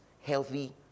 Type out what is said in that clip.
healthy